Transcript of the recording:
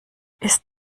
ist